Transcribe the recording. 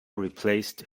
replaced